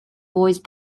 voiced